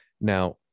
Now